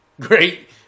great